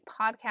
podcast